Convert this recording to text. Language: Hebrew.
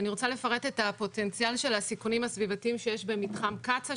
אני רוצה לפרט את הפוטנציאל של הסיכונים הסביבתיים שיש במתחם קצא"א,